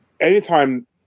anytime